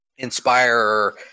inspire